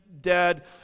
dead